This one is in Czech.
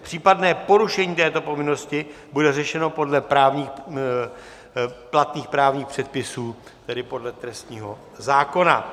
Případné porušení této povinnosti bude řešeno podle platných právních předpisů, tedy podle trestního zákona.